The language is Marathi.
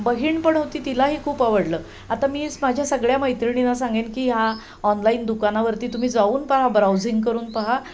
बहीण पण होती तिलाही खूप आवडलं आता मी माझ्या सगळ्या मैत्रिणींना सांगेन की हा ऑनलाईन दुकानावरती तुम्ही जाऊन पहा ब्राऊझिंग करून पहा